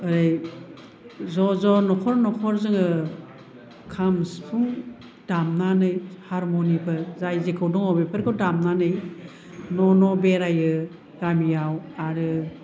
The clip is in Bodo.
ओरै ज' ज' न'खर न'खर जोङो खाम सिफुं दामनानै हारम'नियाम फोर जाय जेखौ दङ बेफोरखौ दामनानै न' न' बेरायो गामियाव आरो